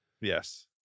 Yes